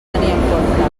tenir